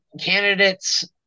candidates